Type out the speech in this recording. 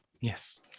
Yes